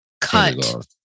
cut